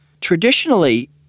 Traditionally